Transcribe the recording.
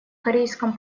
корейском